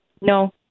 No